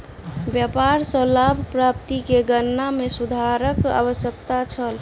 व्यापार सॅ लाभ प्राप्ति के गणना में सुधारक आवश्यकता छल